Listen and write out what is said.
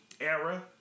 era